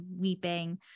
weeping